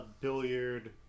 billiard